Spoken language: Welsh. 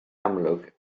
amlwg